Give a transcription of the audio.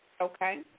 Okay